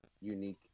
unique